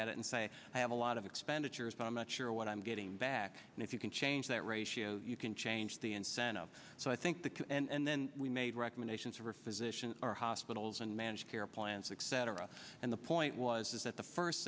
at it and say i have a lot of expenditures but i'm not sure what i'm getting back and if you can change that ratio you can change the incentives so i think the and then we made recommendations for physicians or hospitals and managed care plans success or a and the point was is that the first